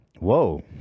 Whoa